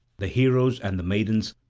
the heroes and the maidens,